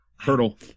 Hurdle